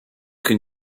can